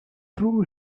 threw